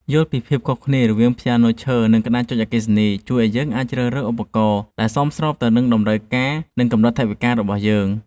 យល់ពីភាពខុសគ្នារវាងព្យ៉ាណូឈើ និងក្តារចុចអគ្គិសនីជួយឱ្យយើងអាចជ្រើសរើសឧបករណ៍ដែលសមស្របទៅនឹងតម្រូវការ និងកម្រិតថវិការបស់យើង។